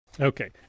Okay